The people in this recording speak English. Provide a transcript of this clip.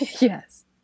Yes